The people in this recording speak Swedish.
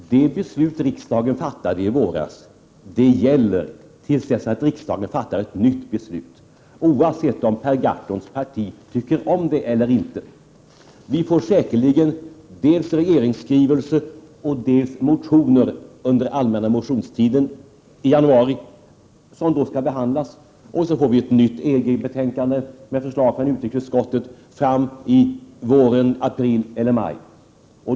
Fru talman! Det beslut som riksdagen fattade i våras gäller till dess att riksdagen fattar ett nytt beslut, oavsett om Per Gahrtons parti tycker om det eller ej. Vi får säkerligen både en regeringsskrivelse och motioner under den allmänna motionstiden i januari. Motionerna skall sedan behandlas, varefter vi i april eller i maj får ett nytt EG-betänkande med förslag från utrikesutskottet.